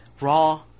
Raw